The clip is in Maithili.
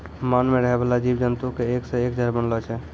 मान मे रहै बाला जिव जन्तु के एक से एक जहर बनलो छै